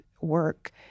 work